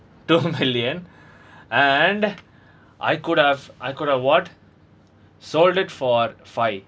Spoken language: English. two million and I could have I could have what sold it for five